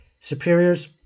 Superiors